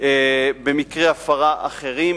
במקרי הפרה אחרים,